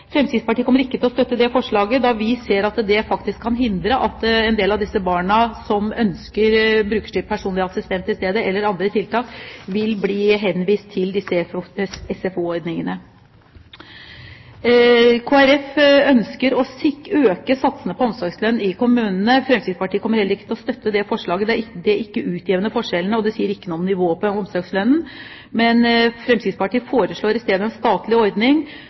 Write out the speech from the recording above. Fremskrittspartiet kommer ikke til å støtte det forslaget, da vi ser at det faktisk kan hindre at en del av de barna som ønsker brukerstyrt personlig assistent eller andre tiltak i stedet, får det, og at de vil bli henvist til disse SFO-ordningene. Kristelig Folkeparti ønsker å øke satsene for omsorgslønn i kommunene. Fremskrittspartiet kommer heller ikke til å støtte dette forslaget, da det ikke utjevner forskjellene eller sier noe om nivået på omsorgslønnen. Fremskrittspartiet foreslår i stedet en statlig ordning